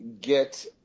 get